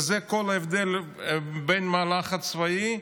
וזה כל ההבדל בין מהלך צבאי,